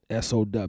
Sow